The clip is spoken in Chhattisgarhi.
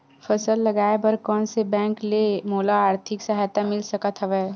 फसल लगाये बर कोन से बैंक ले मोला आर्थिक सहायता मिल सकत हवय?